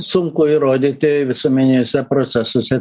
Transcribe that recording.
sunku įrodyti visuomeniniuose procesuose